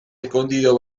escondido